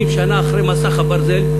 80 שנה אחרי מסך הברזל,